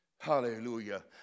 Hallelujah